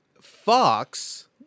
Fox